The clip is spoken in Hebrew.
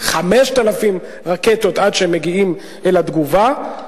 5,000 רקטות עד שמגיעים אל התגובה.